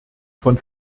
von